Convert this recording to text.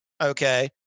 Okay